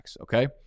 okay